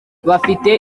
bafite